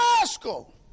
rascal